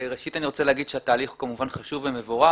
ראשית, אני רוצה להגיד שהתהליך כמובן חשוב ומבורך.